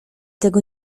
tego